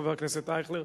חבר הכנסת אייכלר,